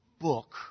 book